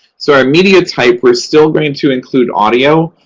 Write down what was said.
so, our media type we're still going to include audio,